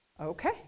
okay